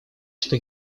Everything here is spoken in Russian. что